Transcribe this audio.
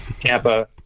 Tampa